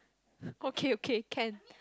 okay okay can